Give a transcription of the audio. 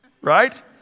right